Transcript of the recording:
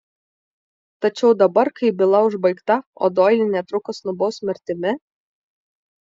tačiau dabar kai byla užbaigta o doilį netrukus nubaus mirtimi